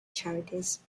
charities